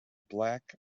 black